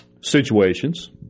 situations